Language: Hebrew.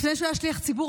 לפני שהוא היה שליח ציבור,